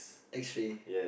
X-Ray